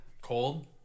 cold